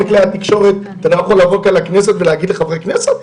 כלי התקשורת אתה לא יכול להגיד לחברי הכנסת?